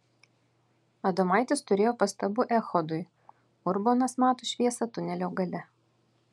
adomaitis turėjo pastabų echodui urbonas mato šviesą tunelio gale